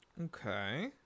Okay